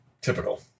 Typical